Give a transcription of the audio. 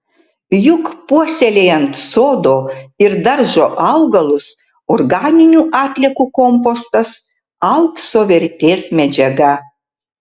juk puoselėjant sodo ir daržo augalus organinių atliekų kompostas aukso vertės medžiaga